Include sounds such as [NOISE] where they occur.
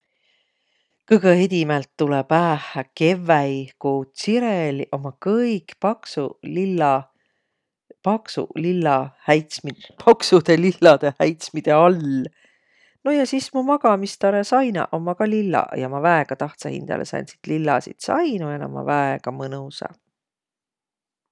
Kõgõ edimält tulõ päähä kevväi, ku tsireliq ommaq kõik paksuq lilla, paksuq lilla häitsmid- [LAUGHS] paksudõ lilladõ häitsmide all. No ja sis mu magamistarõ sainaq ommaq ka lillaq ja ma väega tahtsõ hindäle sääntsit lillasit sainu ja naaq ommaq väega mõnusaq.